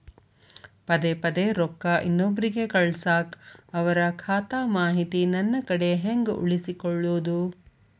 ಪದೆ ಪದೇ ರೊಕ್ಕ ಇನ್ನೊಬ್ರಿಗೆ ಕಳಸಾಕ್ ಅವರ ಖಾತಾ ಮಾಹಿತಿ ನನ್ನ ಕಡೆ ಹೆಂಗ್ ಉಳಿಸಿಕೊಳ್ಳೋದು?